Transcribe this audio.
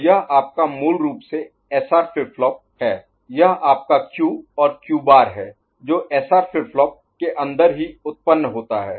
तो यह आपका मूल रूप से एसआर फ्लिप फ्लॉप है यह आपका क्यू और क्यू बार Q' है जो एसआर फ्लिप फ्लॉप के अंदर ही उत्पन्न होता है